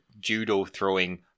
judo-throwing